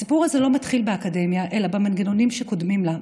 הסיפור הזה לא מתחיל באקדמיה אלא במנגנונים שקודמים לה,